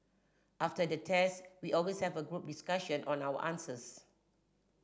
after the test we always have a group discussion on our answers